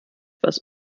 was